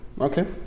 Okay